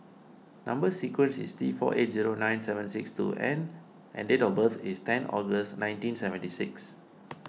Number Sequence is T four eight zero nine seven six two N and date of birth is ten August nineteen seventy six